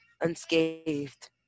unscathed